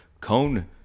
cone